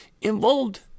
involved